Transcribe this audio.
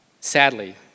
Sadly